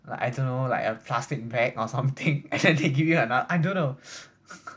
like I don't know like a plastic bag or something and then they give you ano~ I don't know